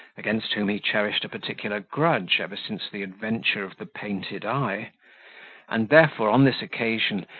against whom he cherished a particular grudge ever since the adventure of the painted eye and therefore, on this occasion,